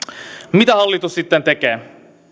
mitä hallitus sitten tekee